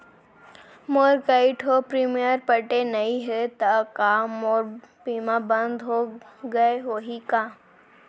मोर कई ठो प्रीमियम पटे नई हे ता का मोर बीमा बंद हो गए होही?